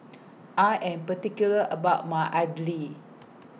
I Am particular about My Idly